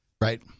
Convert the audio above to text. Right